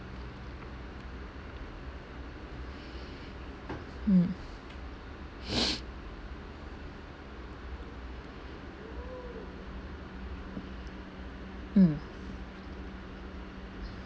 mm mm